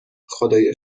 خدایا